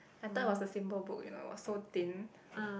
I thought it was a simple book you know was so thin